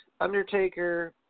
Undertaker